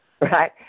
right